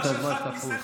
מה שאתה צודק,